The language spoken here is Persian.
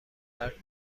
ترک